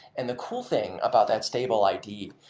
and the cool thing about that stable i d.